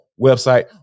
website